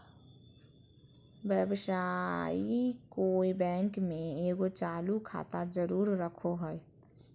व्यवसायी कोय बैंक में एगो चालू खाता जरूर रखो हइ